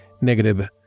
negative